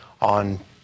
on